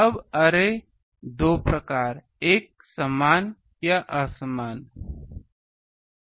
अब अरे 2 प्रकार एकसमान या असमान है